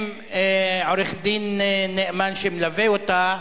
עם עורך-דין נאמן שמלווה אותה,